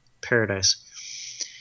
paradise